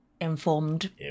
informed